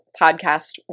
podcast